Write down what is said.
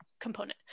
component